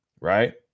Right